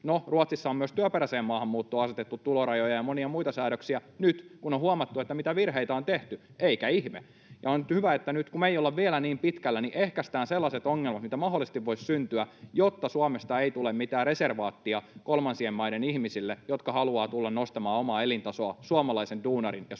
Ruotsissa on työperäiseen maahanmuuttoon asetettu tulorajoja ja monia muita säädöksiä, nyt kun on huomattu, mitä virheitä on tehty, eikä ihme. Ja on hyvä, että nyt, kun me ei olla vielä niin pitkällä, ehkäistään sellaiset ongelmat, mitä mahdollisesti voisi syntyä, jotta Suomesta ei tule mitään reservaattia kolmansien maiden ihmisille, jotka haluavat tulla nostamaan omaa elintasoaan suomalaisen duunarin ja suomalaisen